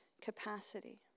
capacity